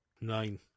Nine